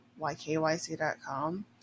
YKYC.com